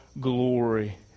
glory